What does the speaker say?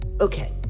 Okay